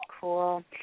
Cool